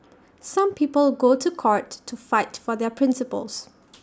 some people go to court to fight for their principles